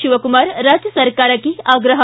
ಶಿವಕುಮಾರ್ ರಾಜ್ಯ ಸರ್ಕಾರಕ್ಕೆ ಆಗ್ರಹ